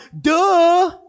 duh